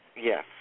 Yes